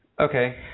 Okay